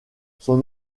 son